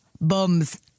bums